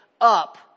up